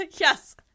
yes